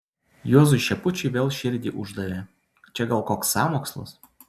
juozui šepučiui vėl širdį uždavė čia gal koks sąmokslas